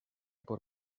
por